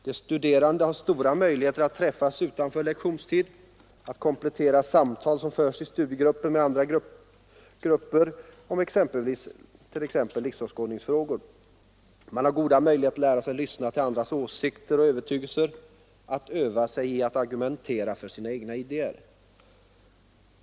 De studerande har stora möjligheter att träffas utanför lektionstid, att komplettera samtal som förs i studiegruppen med andra gruppsamtal om exempelvis livsåskådningsfrågor. Man har goda möjligheter att lära sig lyssna till andras åsikter och övertygelser, att öva sig i att argumentera för sina egna idéer.